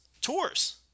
tours